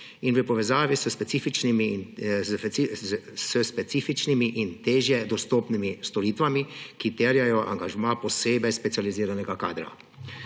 ter v povezavi s specifičnimi in težje dostopnimi storitvami, ki terjajo angažma posebej specializiranega kadra.